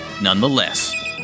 nonetheless